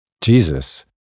Jesus